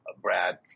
Brad